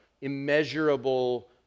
immeasurable